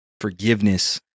forgiveness